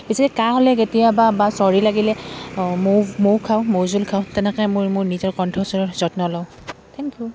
পিছে কাঁহ হ'লে কেতিয়াবা বা চৰ্দি লাগিলে মৌ মৌ খাওঁ মৌজোল খাওঁ তেনেকৈ মই মোৰ নিজৰ কণ্ঠচৰ যত্ন লওঁ থেংক ইউ